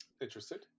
interested